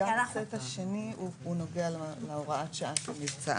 גם הסט השני נוגע להוראת השעה של מבצע